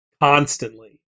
Constantly